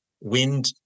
wind